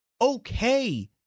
okay